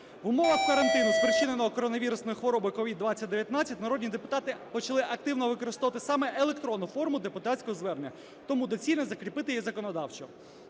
В умовах карантину, спричиненого коронавірусною хворобою COVID-2019, народні депутати почали активно використовувати саме електронну форму депутатського звернення, тому доцільно закріпити її законодавчо.